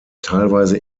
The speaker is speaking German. teilweise